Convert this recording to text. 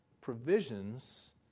provisions